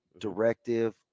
directive